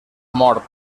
mort